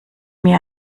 mir